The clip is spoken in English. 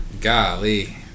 Golly